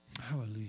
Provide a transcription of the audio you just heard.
Hallelujah